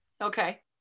Okay